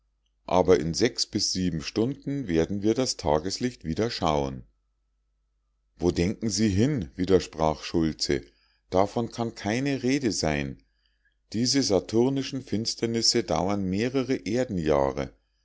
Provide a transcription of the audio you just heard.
aber in sechs bis sieben stunden werden wir das tageslicht wieder schauen wo denken sie hin widersprach schultze davon kann keine rede sein diese saturnischen finsternisse dauern mehrere